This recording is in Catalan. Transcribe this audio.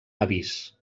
avís